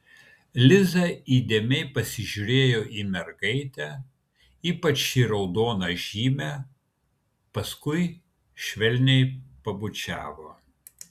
liza įdėmiai pasižiūrėjo į mergaitę ypač į raudoną žymę paskui švelniai pabučiavo